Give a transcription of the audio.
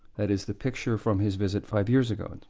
that is the picture from his visit five years ago. and